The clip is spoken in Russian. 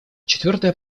четвертая